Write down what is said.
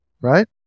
right